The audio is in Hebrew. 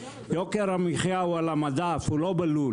יוקר המחיה הוא על המדף הוא לא בלול.